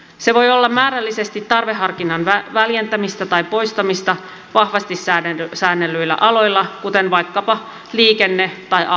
se voi olla määrällisesti tarveharkinnan väljentämistä tai poistamista vahvasti säännellyillä aloilla kuten vaikkapa liikenne tai apteekkialalla